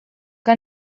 que